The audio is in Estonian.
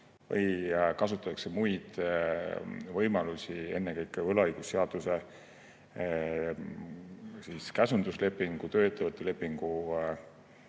või kasutatakse muid võimalusi, ennekõike võlaõigusseaduse käsunduslepingu ja töövõtulepingu